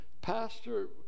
Pastor